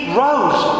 rose